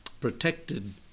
protected